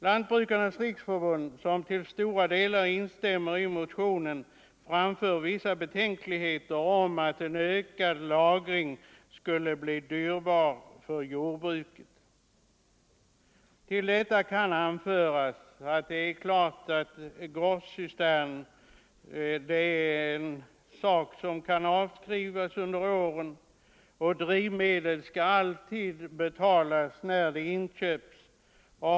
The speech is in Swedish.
Lantbrukarnas riksförbund, som till stora delar instämmer i motionen, framför vissa betänkligheter om att en ökad lagring skulle bli dyrbar för jordbruket. Till detta kan anföras att kostnaderna för en gårdscistern kan avskrivas under åren och att drivmedel alltid skall betalas när de inköps.